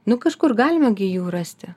nu kažkur galima gi jų rasti